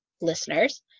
listeners